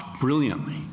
brilliantly